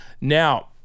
now